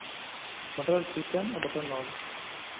butter chicken और butter नान